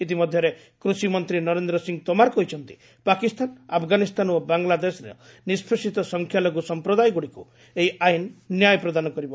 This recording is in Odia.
ଇତିମଧ୍ୟରେ କୃଷି ମନ୍ତ୍ରୀ ନରେନ୍ଦ୍ର ସିଂ ତେମାର କହିଛନ୍ତି ପାକିସ୍ତାନ ଆଫଗାନିସ୍ତାନ ଓ ବାଂଲାଦେଶରେ ନିଷ୍ପେଷିତ ସଂଖ୍ୟାଲଘ୍ର ସମ୍ପ୍ରଦାୟଗ୍ରଡ଼ିକ୍ ଏହି ଆଇନ ନ୍ୟାୟ ପ୍ରଦାନ କରିବ